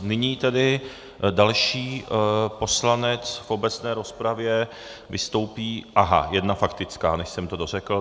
Nyní tedy další poslanec v obecné rozpravě vystoupí... aha jedna faktická, než jsem to dořekl.